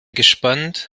gespannt